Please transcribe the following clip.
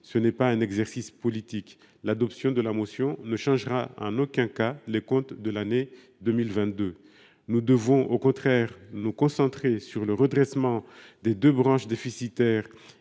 ne s’agit pas d’un exercice politique. L’adoption de la motion ne changera en aucun cas les comptes de l’année 2022 ! Nous devons plutôt nous concentrer sur le redressement des deux branches déficitaires